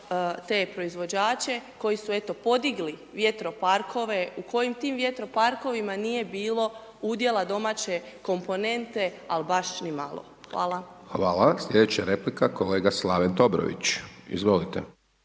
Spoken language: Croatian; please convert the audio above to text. te proizvođače koji su eto podigli vjetroparkove, u kojim ti vjetroparkovima nije bilo udjela domaće komponente al baš ni malo. Hvala. **Hajdaš Dončić, Siniša (SDP)** Hvala. Treća replika, kolega Slaven Dobrović, izvolite.